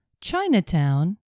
Chinatown